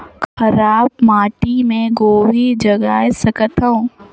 खराब माटी मे गोभी जगाय सकथव का?